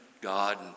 God